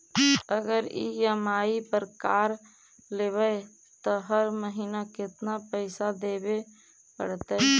अगर EMI car कार लेबै त हर महिना केतना पैसा देबे पड़तै?